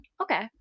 Okay